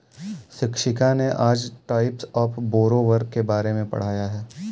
शिक्षिका ने आज टाइप्स ऑफ़ बोरोवर के बारे में पढ़ाया है